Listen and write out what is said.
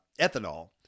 ethanol